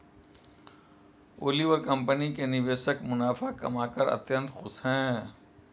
Oliver company के निवेशक मुनाफा कमाकर अत्यंत खुश हैं